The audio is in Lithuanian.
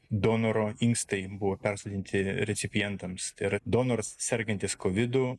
donoro inkstai buvo persodinti recipientams tai yra donoras sergantis kovidu